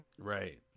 Right